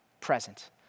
present